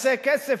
תעשה כסף,